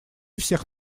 всех